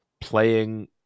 playing